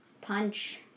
punch